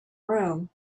room